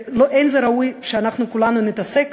ולא ראוי שאנחנו כולנו נתעסק